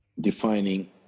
defining